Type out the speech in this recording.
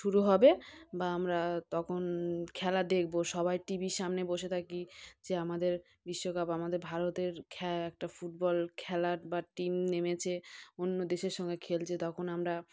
শুরু হবে বা আমরা তখন খেলা দেখবো সবাই টিভির সামনে বসে থাকি যে আমাদের বিশ্বকাপ আমাদের ভারতের খ্যা একটা ফুটবল খেলার বা টিম নেমেছে অন্য দেশের সঙ্গে খেলছে তখন আমরা